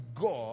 God